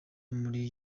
muri